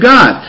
God